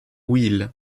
ouel